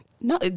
No